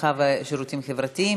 הרווחה והשירותים החברתיים.